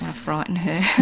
ah frighten her.